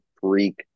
freak